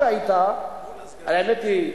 האמת היא,